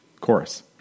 Chorus